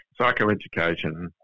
Psychoeducation